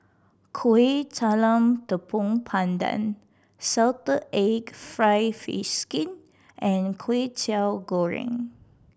Kueh Talam Tepong Pandan salted egg fried fish skin and Kwetiau Goreng